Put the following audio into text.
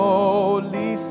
Holy